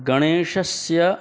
गणेशस्य